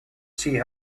see